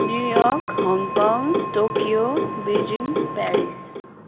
new York Hong Kong Tokyo Beijing Paris